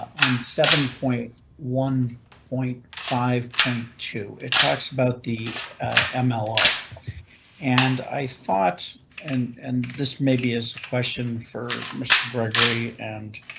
seven point one point five point two it talks about the ah mlo and i thought and and this maybe is a question for mr. gregory and.